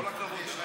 כל הכבוד לך.